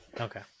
Okay